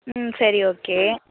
ம் சரி ஓகே